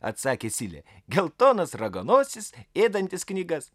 atsakė silė geltonas raganosis ėdantis knygas